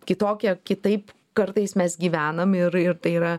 kitokie kitaip kartais mes gyvenam ir ir tai yra